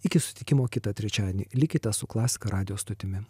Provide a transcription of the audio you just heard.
iki susitikimo kitą trečiadienį likite su klasika radijo stotimi